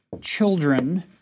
children